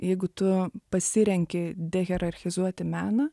jeigu tu pasirenki dehierarchizuoti meną